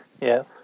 Yes